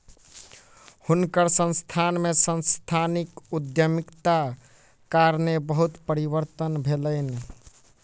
हुनकर संस्थान में सांस्थानिक उद्यमिताक कारणेँ बहुत परिवर्तन भेलैन